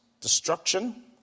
destruction